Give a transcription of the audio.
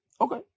Okay